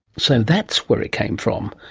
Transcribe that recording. so that's where it came from.